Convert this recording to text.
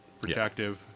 protective